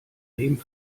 dem